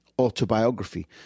autobiography